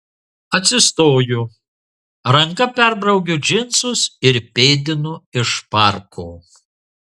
atsistoju ranka perbraukiu džinsus ir pėdinu iš parko